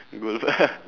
gold bar